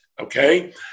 Okay